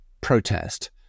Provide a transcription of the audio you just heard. protest